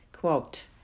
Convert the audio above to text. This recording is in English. Quote